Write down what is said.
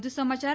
વધુ સમાચાર